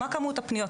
מה כמות הפניות,